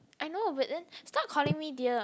I know but then stop calling me dear